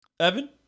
Evan